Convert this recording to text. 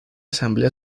asamblea